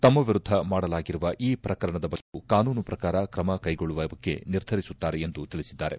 ತಮ್ಮ ವಿರುದ್ದ ಮಾಡಲಾಗಿರುವ ಈ ಪ್ರಕರಣದ ಬಗ್ಗೆ ವಕೀಲರು ಕಾನೂನು ಪ್ರಕಾರ ಕ್ರಮ ಕೈಗೊಳ್ಳುವ ಬಗ್ಗೆ ನಿರ್ಧರಿಸುತ್ತಾರೆ ಎಂದು ತಿಳಿಸಿದ್ದಾರೆ